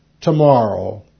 tomorrow